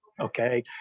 Okay